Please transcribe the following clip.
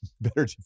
better